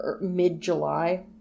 mid-July